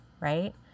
right